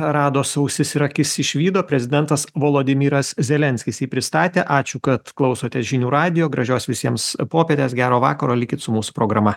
rados ausis ir akis išvydo prezidentas volodimyras zelenskis jį pristatė ačiū kad klausotės žinių radijo gražios visiems popietės gero vakaro likit su mūsų programa